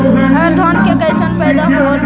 अबर धान के कैसन पैदा होल हा?